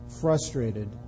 frustrated